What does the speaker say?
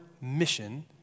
mission